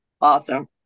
Awesome